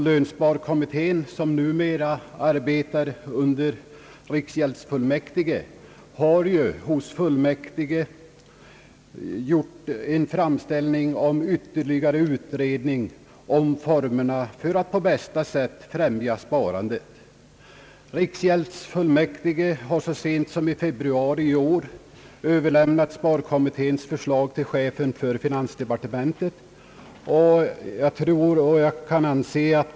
Lönsparkommittén, som numera arbetar under riksgäldsfullmäktige, har också hos fullmäktige gjort en framställning om ytterligare utredning angående formerna för att på bästa sätt främja sparandet. Riksgäldsfullmäktige har så sent som i februari i år överlämnat sparkommitténs förslag till chefen för finansdepartementet.